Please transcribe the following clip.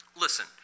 listen